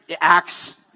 acts